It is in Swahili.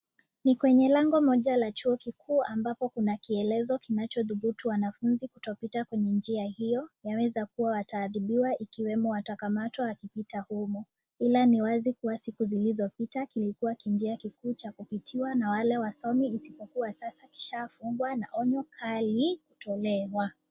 Ni kwenye moja la chuo kikuu ambapo kuna kielezo kinachodhubutu wanafunzi kutopita kwenye njia hiyo, huenda watadhibiwa ikiwa wtakamatwa wakipita humo, ila ni wazi siku zilizopita, kilikuwa kinjiankikuu cha kupitiwa na wale wasomi isipokuwa sasa kishaafungwa na onyo kali kutolewa.